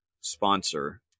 sponsor